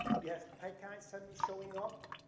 you have pack ice suddenly showing up,